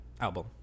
album